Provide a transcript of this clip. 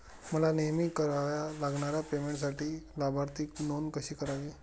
मला नेहमी कराव्या लागणाऱ्या पेमेंटसाठी लाभार्थी नोंद कशी करावी?